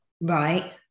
Right